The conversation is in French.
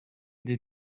des